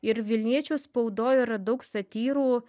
ir vilniečių spaudoj yra daug satyrų